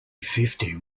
fifty